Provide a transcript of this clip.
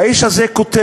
האיש הזה כותב: